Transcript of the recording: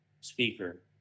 Speaker